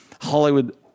Hollywood